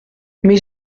mais